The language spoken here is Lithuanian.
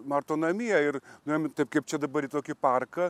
marto namie ir nuėjom taip kaip čia dabar į tokį parką